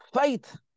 Faith